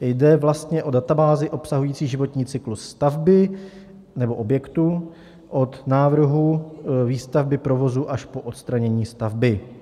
Jde vlastně o databázi obsahující životní cyklus stavby nebo objektu od návrhu výstavby, provozu až po odstranění stavby.